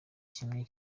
kimwe